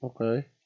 Okay